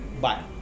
bye